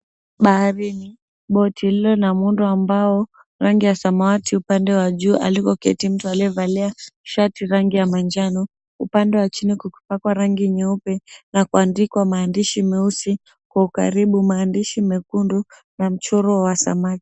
Baharini boti lililo na muundo wa mbao rangi ya samawati upande wa juu alikoketi mtu aliyevalia shati rangi ya manjano, upande wa chini ukipakwa rangi nyeupe na kuandikwa maandishi meusi kwa ukaribu maandishi mwekundu na mchoro wa samaki.